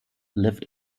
lived